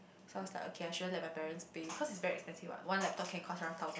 so I was like okay I shouldn't let my parents pay cause is very expensive what one laptop can cost aroung thousand